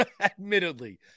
admittedly